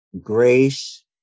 grace